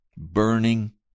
burning